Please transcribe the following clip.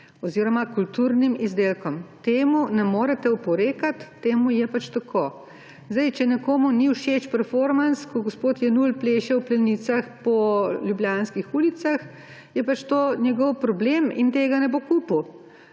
oziroma kulturnim izdelkom, temu ne morete oporekati, temu je pač tako. Če nekomu ni všeč performans, ko gospod Jenull pleše v plenicah po ljubljanskih ulicah, je pač to njegov problem in tega ne bo kupil,